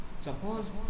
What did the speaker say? Suppose